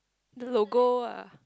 the logo ah